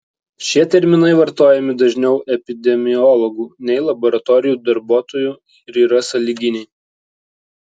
šie terminai vartojami dažniau epidemiologų nei laboratorijų darbuotojų ir yra sąlyginiai